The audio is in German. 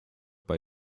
bei